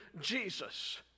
Jesus